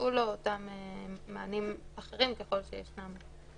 יוצעו לו מענים אחרים, ככל שיש מענה.